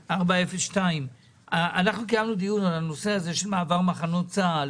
402. אנחנו קיימנו דיון על הנושא של מעבר מחנות צה"ל